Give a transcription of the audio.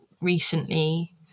recently